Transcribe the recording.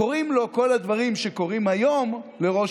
קורים לו כל הדברים שקורים היום לראש